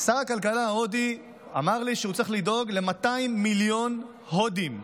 שר הכלכלה ההודי אמר לי שהוא צריך לדאוג ל-200 מיליון הודים,